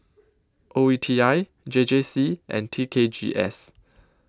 O E T I J J C and T K G S